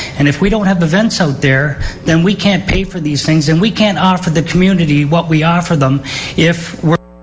and if we don't have events out there then we can't pay for these things and we cannot offer the community what we offer them if we're